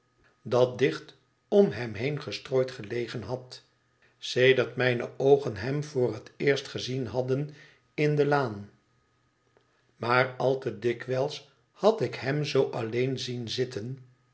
dat dicht om hem heen gestrooid gelegen had sedert mijne oogenhem voor het eerst gezien hadden in de laan maar al te dikwijls had ik hem zoo alleen zien zitten